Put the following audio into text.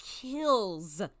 kills